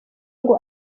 ngo